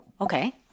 okay